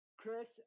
Chris